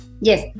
yes